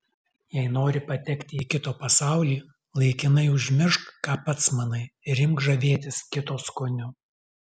jei nori patekti į kito pasaulį laikinai užmiršk ką pats manai ir imk žavėtis kito skoniu